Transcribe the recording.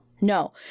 no